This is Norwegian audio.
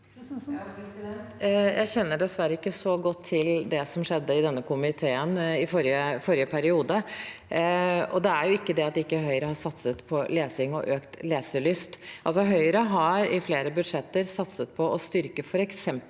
Jeg kjenner dess- verre ikke så godt til det som skjedde i denne komiteen i forrige periode. Det er ikke det at Høyre ikke har satset på lesing og økt leselyst. Høyre har i flere budsjetter satset på å styrke f.eks.